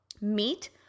Meat